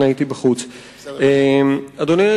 אדוני,